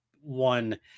one